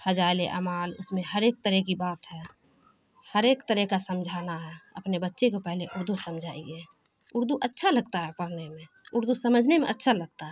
فضائل اعمال اس میں ہر ایک طرح کی بات ہے ہر ایک طرح کا سمجھانا ہے اپنے بچے کو پہلے اردو سمجھائیے اردو اچھا لگتا ہے پڑھنے میں اردو سمجھنے میں اچھا لگتا ہے